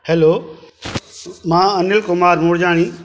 hello मां अनील कुमार मुरजानी